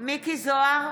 מכלוף מיקי זוהר,